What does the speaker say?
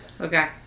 Okay